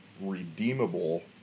redeemable